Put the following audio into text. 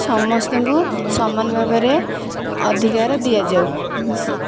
ସମସ୍ତଙ୍କୁ ସମାନ ଭାବରେ ଅଧିକାର ଦିଆଯାଉ ସି